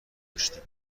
داشتیم